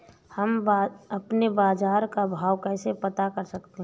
हम अपने बाजार का भाव कैसे पता कर सकते है?